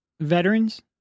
veterans